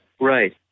Right